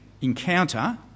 encounter